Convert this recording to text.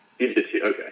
okay